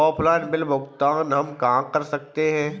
Offline bill भुगतान हम कहां कर सकते हैं?